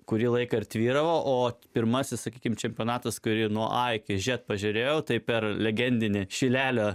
kurį laiką tvyro o pirmasis sakykim čempionatas kurį nuo a iki žet pažiurėjau tai per legendinį šilelio